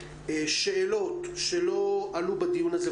שאלות שלא עלו בדיון הזה,